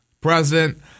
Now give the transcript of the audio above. president